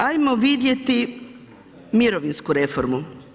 Ajmo vidjeti mirovinsku reformu.